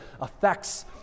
affects